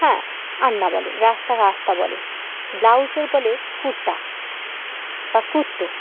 হ্যাঁ আন্না বলে রাস্তাকে আস্তা বলে ব্লাউজকে বলে কুর্তা বা কুর্তো